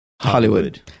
Hollywood